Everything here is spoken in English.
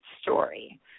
story